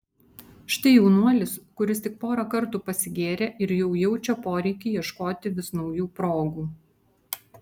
štai jaunuolis kuris tik porą kartų pasigėrė ir jau jaučia poreikį ieškoti vis naujų progų